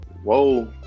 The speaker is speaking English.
Whoa